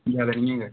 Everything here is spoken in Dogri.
ज्यादा नि ऐ गर्म